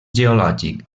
geològic